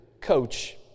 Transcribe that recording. Coach